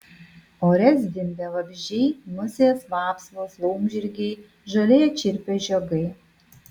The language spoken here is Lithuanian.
ore zvimbė vabzdžiai musės vapsvos laumžirgiai žolėje čirpė žiogai